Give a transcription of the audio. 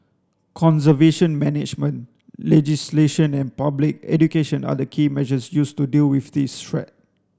conservation management legislation and public education are the key measures used to deal with this threat